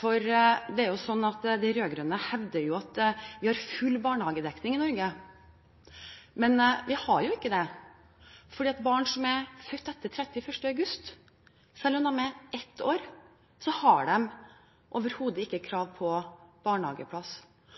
De rød-grønne hevder at vi har full barnehagedekning i Norge, men det har vi jo ikke. Barn som er født etter 31. august og er ett år gamle, har overhodet ikke